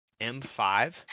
M5